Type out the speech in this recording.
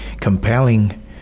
compelling